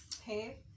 hey